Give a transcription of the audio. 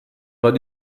pas